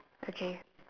okay